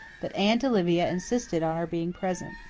but aunt olivia insisted on our being present.